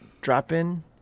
drop-in